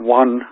one